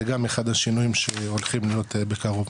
גם אחד השינויים שהולכים להיות בקרוב.